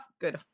good